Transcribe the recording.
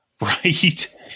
Right